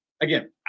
again